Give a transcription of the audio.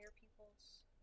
people's